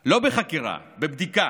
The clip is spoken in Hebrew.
בבדיקה, לא בחקירה, בבדיקה,